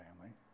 family